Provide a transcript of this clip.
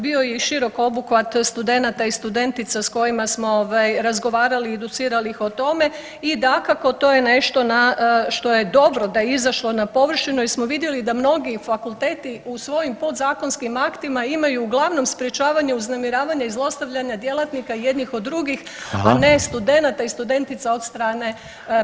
Bio je širok obuhvat studenata i studentica sa kojima smo razgovarali i educirali ih o tome i dakako to je nešto što je dobro da je izašlo na površinu jer smo vidjeli da mnogi fakulteti u svojim podzakonskim aktima imaju uglavnom sprječavanje uznemiravanja i zlostavljanja djelatnika jednih od drugih, a ne studenata i studentica [[Upadica Reiner: Hvala.]] od strane profesorskog kadra.